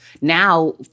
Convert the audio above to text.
now